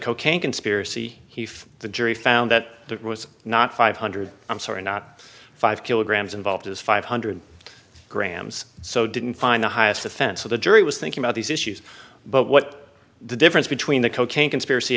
cocaine conspiracy he for the jury found that there was not five hundred i'm sorry not five kilograms involved is five hundred grams so didn't find the highest offense so the jury was thinking about these issues but what the difference between the cocaine conspiracy